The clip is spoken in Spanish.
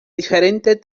diferentes